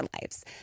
lives